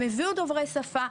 הם הביאו דוברי שפה,